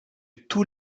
tous